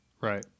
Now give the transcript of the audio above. Right